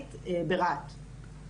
דיגיטלית ברהט,